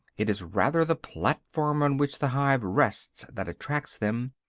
it is rather the platform on which the hive rests that attracts them,